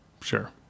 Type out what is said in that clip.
Sure